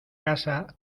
casa